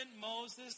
Moses